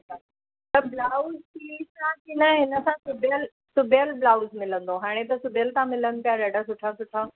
त blouse piece आहे की न हिन सां सुभियल सुभियल ब्लाउज़ मिलंदो हाणे त सुभियल था मिलन पिया ॾाढा सुठा सुठा